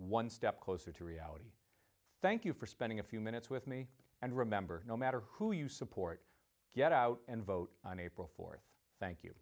one step closer to reality thank you for spending a few minutes with me and remember no matter who you support get out and vote on april fourth thank you